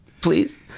Please